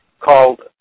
called